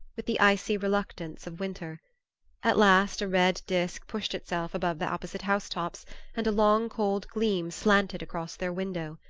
with the icy reluctance of winter at last a red disk pushed itself above the opposite house-tops and a long cold gleam slanted across their window.